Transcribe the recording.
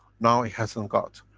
now it hasn't got.